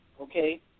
Okay